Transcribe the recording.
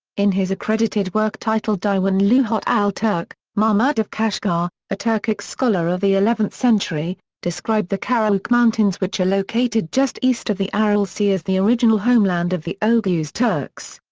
in his accredited work titled diwan lughat al-turk, mahmud of kashgar, a turkic scholar of the eleventh century, described the karachuk mountains which are located just east of the aral sea as the original homeland of the oghuz turks.